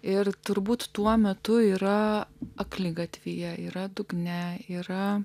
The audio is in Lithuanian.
ir turbūt tuo metu yra akligatvyje yra dugne yra